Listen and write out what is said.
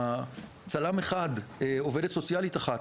צלם אחד, עובדת סוציאלית אחת.